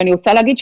אני רוצה להגיד,